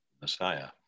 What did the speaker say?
Messiah